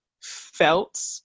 felt